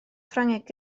ffrangeg